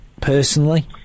personally